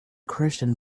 christian